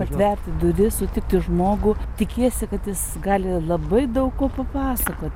atverti duris sutikti žmogų tikiesi kad jis gali labai daug ko papasakoti